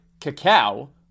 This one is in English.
cacao